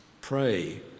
Pray